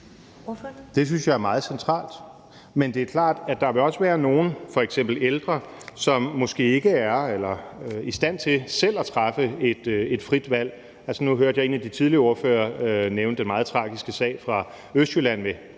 Det synes jeg er meget centralt. Men det er klart, at der også vil være nogle, f.eks. ældre, som måske ikke er i stand til selv at træffe et frit valg. Nu hørte jeg, at en af de tidligere ordførere nævnte den meget tragiske sag fra Østjylland